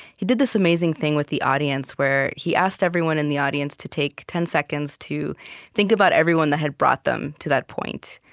he did this amazing thing with the audience where he asked everyone in the audience to take ten seconds to think about everyone that had brought them to that point.